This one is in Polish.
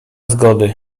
zgody